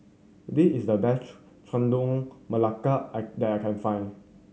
this is the best Chendol Melaka I that I can find